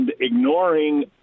ignoring